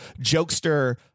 jokester